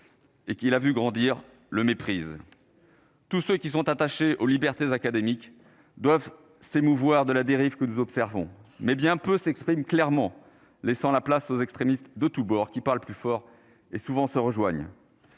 Et qui l'a vu grandir le méprise. Tous ceux qui sont attachés aux libertés académiques doivent s'émouvoir de la dérive que nous observons, mais bien peu s'exprime clairement, laissant la place aux extrémistes de tous bords qui parlent plus fort et souvent se rejoignent.